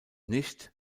nicht